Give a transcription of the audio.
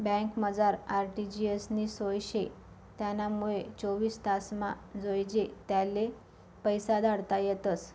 बँकमझार आर.टी.जी.एस नी सोय शे त्यानामुये चोवीस तासमा जोइजे त्याले पैसा धाडता येतस